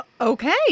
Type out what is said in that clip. Okay